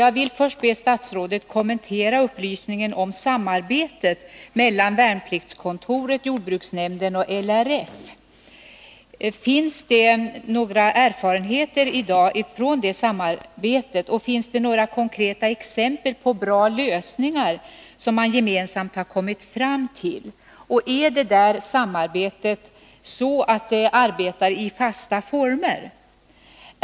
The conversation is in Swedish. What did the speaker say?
Jag vill först be statsrådet kommentera upplysningen om samarbetet mellan värnpliktskontoret, jordbruksnämnden och LRF. Finns det några erfarenheter i dag från det samarbetet, och finns det några konkreta exempel på bra lösningar som man gemensamt har kommit fram till? Sker samarbetet i fasta former?